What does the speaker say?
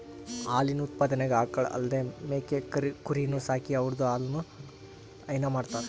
ಹಾಲಿನ್ ಉತ್ಪಾದನೆಗ್ ಆಕಳ್ ಅಲ್ದೇ ಮೇಕೆ ಕುರಿನೂ ಸಾಕಿ ಅವುದ್ರ್ ಹಾಲನು ಹೈನಾ ಮಾಡ್ತರ್